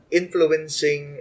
influencing